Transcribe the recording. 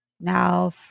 Now